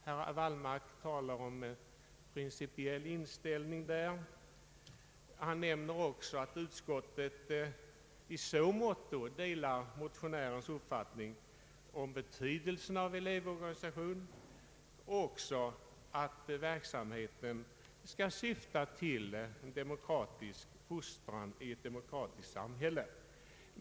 Herr Wallmark talade om en principiell inställning, och han nämnde att utskottet delar motionärernas uppfattning om betydelsen av elevorganisationer och att verksamheten skall syfta till demokratisk fostran i ett demokratiskt samhälle.